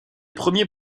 premiers